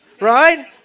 right